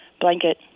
Blanket